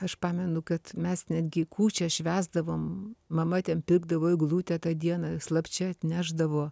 aš pamenu kad mes netgi kūčias švęsdavom mama ten pirkdavo eglutę tą dieną slapčia atnešdavo